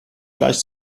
gleich